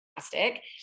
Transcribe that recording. fantastic